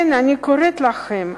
אני קוראת לכם,